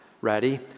Ready